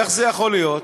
איך זה יכול להיות?